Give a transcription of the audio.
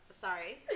sorry